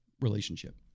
relationship